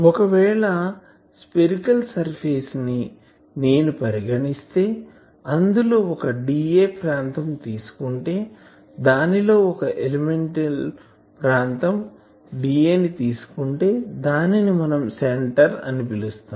ఒకవేళ spherical surface ని నేను పరిగణిస్తే అందులో ఒక dA ప్రాంతం తీసుకుంటే దానిలో ఒక ఎలిమెంటల్ ప్రాంతం dA ని తీసుకుంటే దానిని మనం సెంటర్ అని పిలుస్తాం